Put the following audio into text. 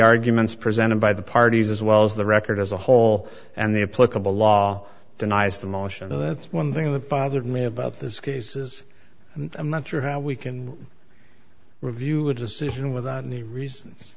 arguments presented by the parties as well as the record as a whole and the applicable law denies the motion and that's one thing that bothered me about this case is a month for how we can review a decision without any reasons